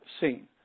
seen